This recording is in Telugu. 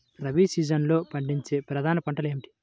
రబీ సీజన్లో పండించే ప్రధాన పంటలు ఏమిటీ?